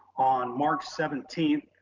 on march seventeenth,